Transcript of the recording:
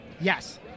Yes